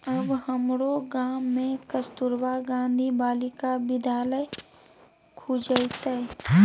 आब हमरो गाम मे कस्तूरबा गांधी बालिका विद्यालय खुजतै